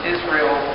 Israel